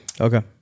Okay